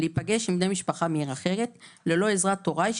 או להיפגש עם בני משפחה מעיר אחרת ללא עזרת הוריי,